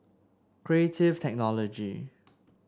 Creative Technology